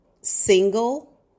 single